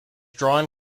drawn